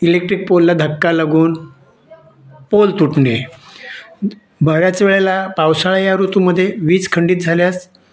electric पोलला धक्का लागून पोल तुटणे बऱ्याच वेळेला पावसाळा या ऋतूमध्ये वीज खंडित झाल्यास